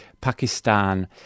Pakistan